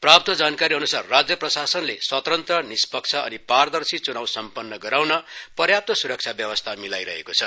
प्राप्त जानकारी अनुसार राज्य प्रसासनले स्वत्न्त्र निष्पक्ष अनि पारदर्शी चुनाव सम्पन्न गराउन पर्याप्त सुरक्षा व्यवस्था मिलाइरहेको छ